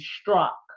struck